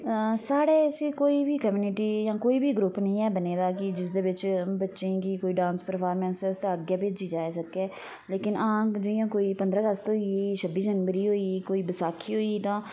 स्हाड़े ऐसी कोई बी कम्युनिटी जां कोई बी ग्रुप नी ऐ बने दा कि जिस दे बिच बच्चें गी कोई डांस परफार्मेंस आस्तै अग्गै भेजी जा सके लेकिन आं जियां कोई पंदरां अगस्त होई गेई छब्बी जनवरी होई गेई कोई बसाखी होई गेई तां